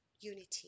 unity